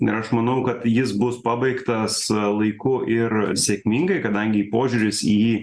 ir aš manau kad jis bus pabaigtas laiku ir sėkmingai kadangi požiūris į jį